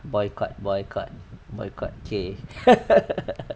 boycott boycott boycott K